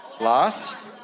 Last